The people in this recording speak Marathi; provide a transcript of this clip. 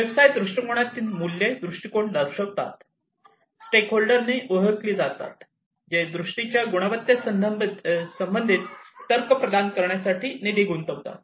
व्यवसाय दृष्टीकोनातली मूल्ये दृष्टिकोन दर्शवितात स्टेकहोल्डरनी ओळखली जातात जे दृष्टीच्या गुणवत्तेसंबंधित तर्क प्रदान करण्यासाठी निधी गुंतवितात